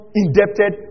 indebted